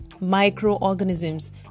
Microorganisms